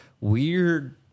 weird